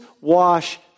wash